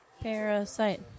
Parasite